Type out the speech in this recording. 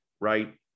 Right